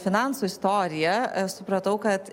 finansų istorija supratau kad